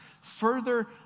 further